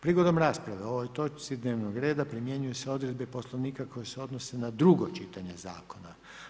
Prigodom rasprave o ovoj točci dnevnog reda primjenjuju se odredbe Poslovnika koje se odnose na drugo čitanje zakona.